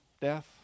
death